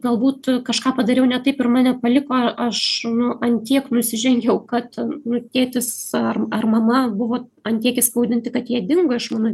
galbūt kažką padariau ne taip ir mane paliko aš nu ant tiek nusižengiau kad nu tėtis ar ar mama buvo ant tiek įskaudinti kad jie dingo iš mano